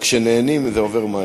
כשנהנים זה עובר מהר.